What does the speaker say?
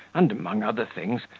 and, among other things,